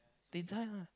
they die lah